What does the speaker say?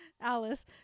Alice